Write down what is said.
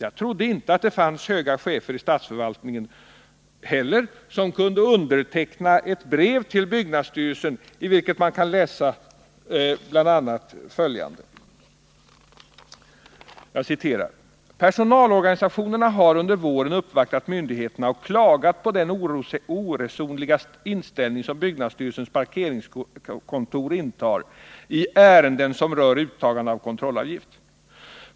Jag trodde inte att det fanns höga chefer i statsförvaltningen som kunde underteckna ett brev till byggnadsstyrelsen, i vilket man kan läsa bl.a. följande: ”Personalorganisationerna har under våren uppvaktat myndigheterna och klagat på den oresonliga inställning som byggnadsstyrelsens parkeringskontor intar i ärenden som rör uttagande av kontrollavgift.